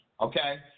Okay